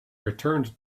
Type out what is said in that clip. returned